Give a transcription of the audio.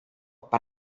per